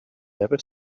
never